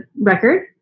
record